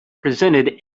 presented